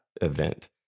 event